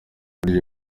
burya